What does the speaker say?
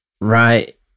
Right